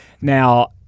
Now